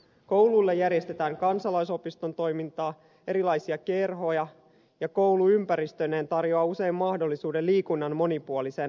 kouluilla järjestetään kansalaisopiston toimintaa erilaisia kerhoja ja koulu ympäristöineen tarjoaa usein mahdollisuuden liikunnan monipuoliseen harrastamiseen